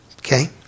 Okay